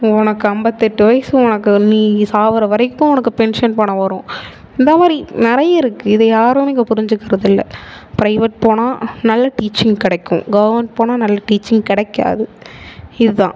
உனக்கு ஐம்பத்தெட்டு வயது உனக்கு நீ சாகிற வரைக்கும் உனக்கு பென்ஷன் பணம் வரும் இந்த மாதிரி நிறையா இருக்குது இது யாருமே இங்கே புரிஞ்சிக்கிறதில்லை ப்ரைவெட் போனால் நல்ல டீச்சிங் கிடைக்கும் கவர்மெண்ட் போனால் நல்ல டீச்சிங் கிடைக்காது இதுதான்